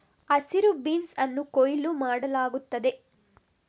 ಹಸಿರು ಬೀನ್ಸ್ ಅನ್ನು ಕೊಯ್ಲು ಮಾಡಲಾಗುತ್ತದೆ